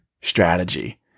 strategy